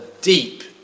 deep